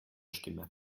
stimme